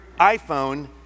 iPhone